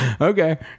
okay